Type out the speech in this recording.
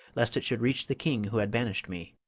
lest it should reach the king who had banished me.